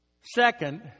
Second